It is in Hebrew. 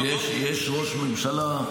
יש ראש ממשלה,